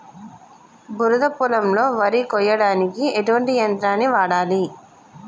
బురద పొలంలో వరి కొయ్యడానికి ఎటువంటి యంత్రాన్ని వాడాలి?